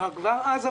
כלומר כבר אז אמרנו: